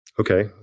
okay